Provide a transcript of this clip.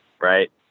right